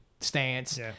stance